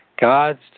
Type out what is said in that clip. God's